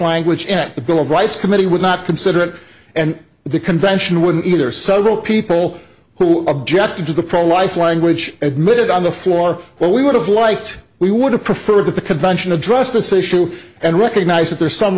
language in the bill of rights committee would not consider it and the convention would either several people who objected to the pro life language admitted on the floor where we would have liked we would have preferred that the convention address this issue and recognize that there are some